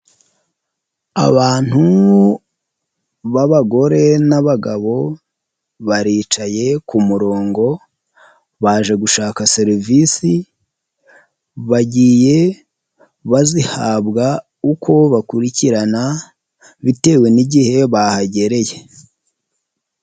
Abantu b'abagore n'abagabo baricaye ku murongo baje gushaka serivisi, bagiye bazihabwa uko bakurikirana bitewe n'igihe bahagereye.